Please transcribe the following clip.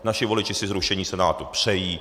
Naši voliči si zrušení Senátu přejí.